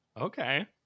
Okay